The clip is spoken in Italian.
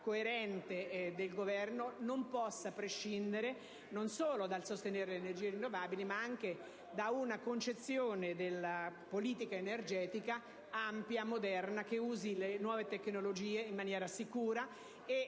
coerente non possa prescindere non solo dal sostenere le energie rinnovabili, ma anche da una concezione ampia, moderna che usi le nuove tecnologie in maniera sicura e